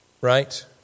Right